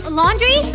laundry